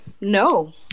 No